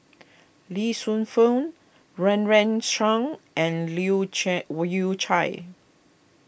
Lee Shu Fen Run Run Shaw and Leu Yew Chye